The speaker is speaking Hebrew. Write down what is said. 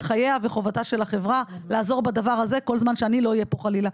חייה וחובתה של החברה לעזור בדבר הזה כל זמן שאני לא אהיה פה חלילה.